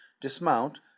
dismount